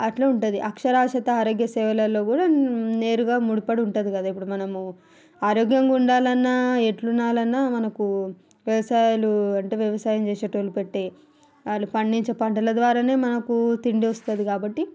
అట్లుంటుంది అక్షరాస్యత ఆరోగ్య సేవలలో కూడా నేరుగా ముడిపడి ఉంటుంది కదా ఇప్పుడు మనము ఆరోగ్యంగా ఉండాలన్న ఎట్లున్నాలన్నా మనకు వ్యవసాయాలు వంటి వ్యవసాయం చేసేటోళ్ళు పెట్టే వాళ్ళు పండించే పంటల ద్వారానే మనకు తిండి వస్తుంది కాబట్టి